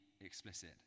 explicit